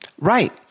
Right